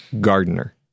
Gardener